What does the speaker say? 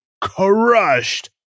crushed